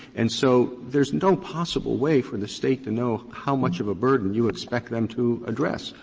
and so there's no possible way for the state to know how much of a burden you expect them to address.